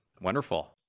Wonderful